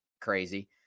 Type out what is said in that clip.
crazy